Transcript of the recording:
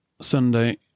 Sunday